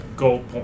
gold